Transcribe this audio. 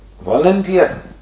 volunteer